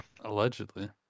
Allegedly